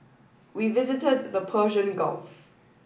we visited the Persian Gulf